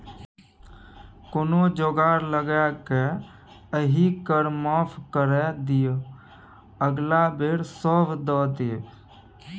कोनो जोगार लगाकए एहि कर माफ करा दिअ अगिला बेर सभ दए देब